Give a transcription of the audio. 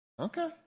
Okay